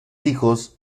hijos